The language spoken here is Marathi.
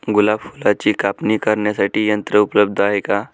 गुलाब फुलाची कापणी करण्यासाठी यंत्र उपलब्ध आहे का?